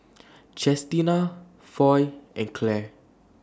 Chestina Foy and Clair